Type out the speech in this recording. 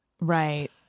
Right